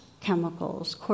chemicals